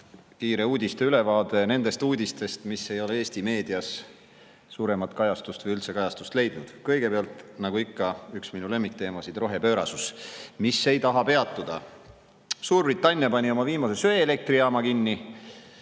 kiire ülevaate nendest uudistest, mis ei ole Eesti meedias suuremat kajastust või üldse kajastust leidnud. Kõigepealt nagu ikka üks minu lemmikteemasid: rohepöörasus, mis ei taha peatuda. Suurbritannia pani oma viimase söeelektrijaama kinni.